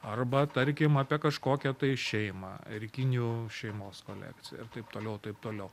arba tarkim apie kažkokią tai šeimą erikinių šeimos kolekciją ir taip toliau taip toliau